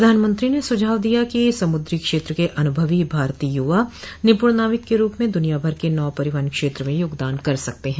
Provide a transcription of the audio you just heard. प्रधानमंत्री ने सुझाव दिया कि समुद्री क्षेत्र के अनुभवी भारतीय युवा निपुण नाविक के रूप में दुनियाभर के नौ परिवहन क्षेत्र में योगदान कर सकते हैं